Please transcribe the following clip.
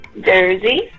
Jersey